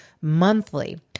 monthly